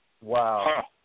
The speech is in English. Wow